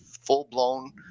full-blown